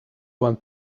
one